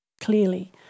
clearly